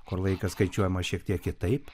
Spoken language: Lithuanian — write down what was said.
kur laikas skaičiuojamas šiek tiek kitaip